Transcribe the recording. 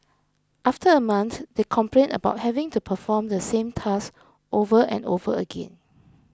after a month they complained about having to perform the same task over and over again